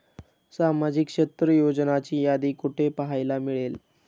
सामाजिक क्षेत्र योजनांची यादी कुठे पाहायला मिळेल?